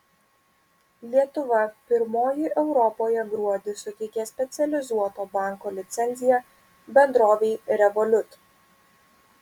lietuva pirmoji europoje gruodį suteikė specializuoto banko licenciją bendrovei revolut